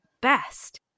best